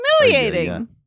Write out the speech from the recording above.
Humiliating